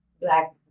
black